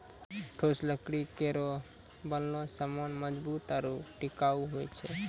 ठोस लकड़ी केरो बनलो सामान मजबूत आरु टिकाऊ होय छै